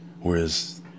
Whereas